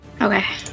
Okay